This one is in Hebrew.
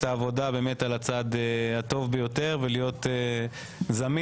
העבודה על הצד הטוב ביותר ולהיות זמין